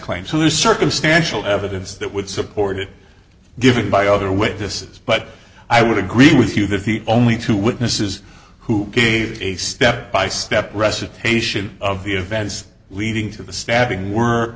claim so there's circumstantial evidence that would support it given by other witnesses but i would agree with you that the only two witnesses who gave a step by step recitation of the events leading to the stabbing were